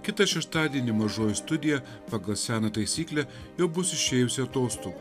kitą šeštadienį mažoji studija pagal seną taisyklę jau bus išėjusi atostogų